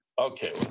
Okay